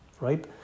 right